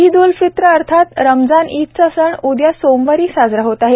ईद उल फित्र अर्थात रमजान ईदचा सण उदया सोमवारी साजरा होणार आहे